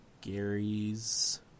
Gary's